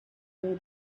know